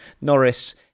Norris